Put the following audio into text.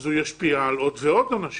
הוא ישפיע על עוד ועוד אנשים.